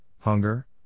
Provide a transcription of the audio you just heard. hunger